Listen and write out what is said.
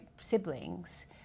siblings